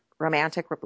romantic